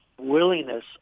willingness